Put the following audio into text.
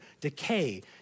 decay